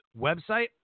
website